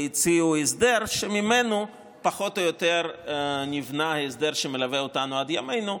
הם הציעו הסדר שממנו פחות או יותר נבנה ההסדר שמלווה אותנו עד ימינו.